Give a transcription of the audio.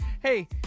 Hey